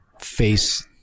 face